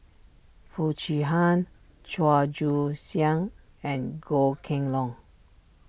Foo Chee Han Chua Joon Siang and Goh Kheng Long